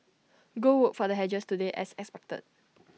gold worked for the hedgers today as expected